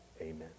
amen